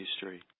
history